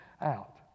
out